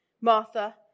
Martha